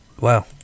Wow